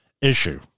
issue